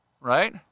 Right